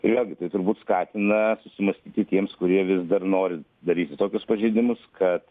ir vėl gi tai turbūt skatina susimąstyti tiems kurie vis dar nori daryti tokius pažeidimus kad